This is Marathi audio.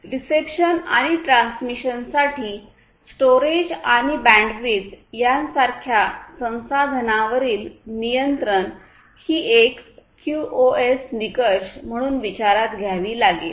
रिसेप्शन आणि ट्रान्समिशनसाठी स्टोरेज आणि बँडविड्थ यासारख्या संसाधनांवरील नियंत्रण ही एक क्यूओएस निकष म्हणून विचारात घ्यावी लागेल